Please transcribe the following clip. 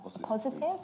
positive